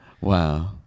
Wow